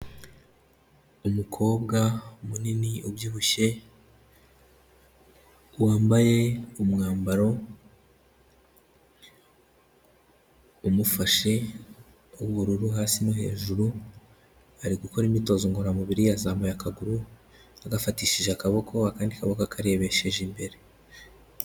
Umukobwa munini ubyibushye, wambaye umwambaro umufashe w'ubururu hasi no hejuru, ari gukora imyitozo ngoramubiri yazamuye akaguru agafatishije akaboko, akandi kaboko akarebesheje imbere.